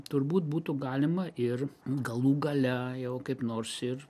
turbūt būtų galima ir galų gale jau kaip nors ir